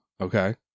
Okay